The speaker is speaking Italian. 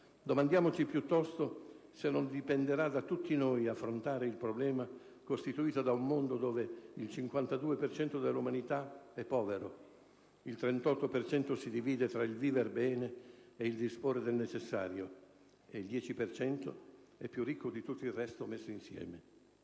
Domandiamoci piuttosto se non dipenderà da tutti noi affrontare il problema costituito da un mondo dove il 52 per cento dell'umanità è povero; il 38 per cento si divide tra il viver bene e il disporre del necessario e il 10 per cento è più ricco di tutto il resto messo insieme.